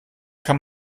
kann